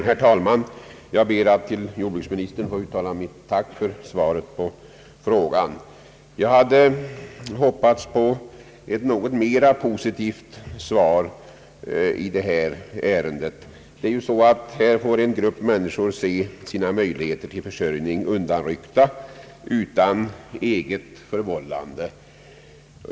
Herr talman! Jag ber att till jordbruksministern få uttala mitt tack för svaret på frågan. Jag hade hoppats på ett något mera positivt svar i detta ärende. Här får ju en grupp människor se sina möjligheter till försörjning undanryckta utan eget förvållande.